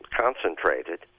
concentrated